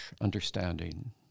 understanding